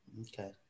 okay